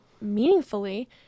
meaningfully